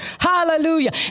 Hallelujah